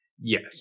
Yes